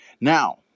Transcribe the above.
Now